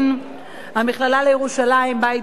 "מכללה ירושלים" בית-וגן,